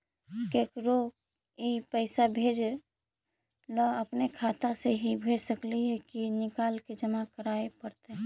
केकरो ही पैसा भेजे ल अपने खाता से ही भेज सकली हे की निकाल के जमा कराए पड़तइ?